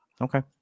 okay